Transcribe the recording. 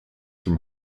from